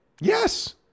Yes